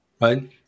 right